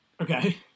Okay